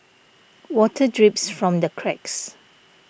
water drips from the cracks